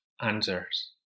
answers